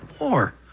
More